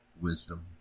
wisdom